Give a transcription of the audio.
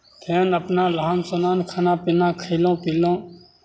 फेन अपना नहान सुनान खाना पीना खयलहुँ पीलहुँ